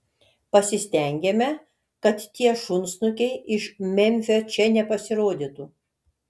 pasistengėme kad tie šunsnukiai iš memfio čia nepasirodytų